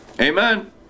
Amen